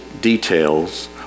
details